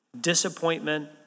Disappointment